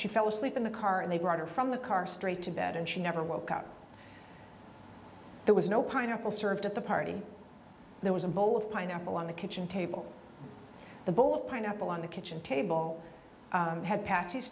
she fell asleep in the car and they brought her from the car straight to bed and she never woke up there was no pineapple served at the party there was a bowl of pineapple on the kitchen table the bowl of pineapple on the kitchen table had pa